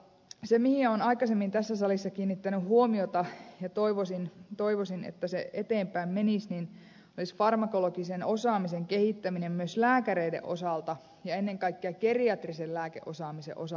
se mihin olen aikaisemmin tässä salissa kiinnittänyt huomiota ja toivoisin että se eteenpäin menisi olisi farmakologisen osaamisen kehittäminen myös lääkäreiden osalta ja ennen kaikkea geriatrisen lääkeosaamisen osalta